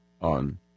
on